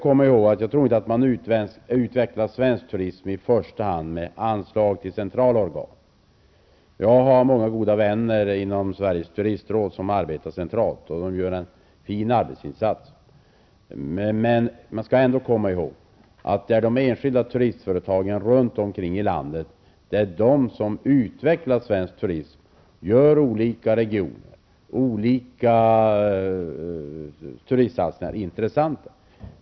Jag tror inte att man utvecklar svensk turism i första hand med anslag till centrala organ. Jag har många goda vänner som arbetar centralt i Sveriges turistråd. De gör en fin arbetsinsats. Det är de enskilda turistföretagen runt omkring i landet som utvecklar svensk turism i olika regioner och gör olika turistsatsningar intressanta.